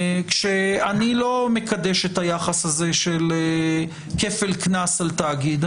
כשאני לא מקדש את היחס הזה של כפל קנס על תאגיד.